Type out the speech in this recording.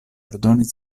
ordonis